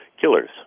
killers